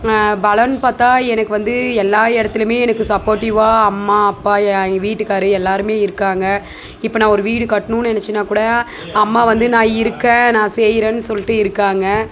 பலன்னு பார்த்தா எனக்கு வந்து எல்லா இடத்துலையுமே எனக்கு சப்போட்டிவ்வாக அம்மா அப்பா என் வீட்டுக்காரு எல்லோருமே இருக்காங்க இப்போ நான் ஒரு வீடு கட்டணுன்னு நினச்சேனா கூட அம்மா வந்து நான் இருக்கேன் நான் செய்கிறேன் சொல்லிட்டு இருக்காங்க